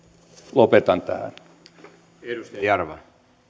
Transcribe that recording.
lopetan tähän